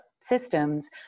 systems